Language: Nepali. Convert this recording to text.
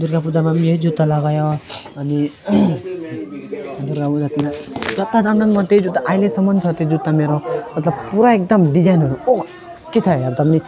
दुर्गा पूजामा पनि यही जुत्ता लगाइयो अनि र उतातिर जत्ता जाँदा पनि म त्यही जुत्ता अहिलेसम्म छ त्यो जुत्ता मेरो मतलब पुरा एकदम डिजाइनहरू ओके छ हेर्दा पनि नि